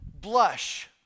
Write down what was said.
blush